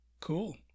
Cool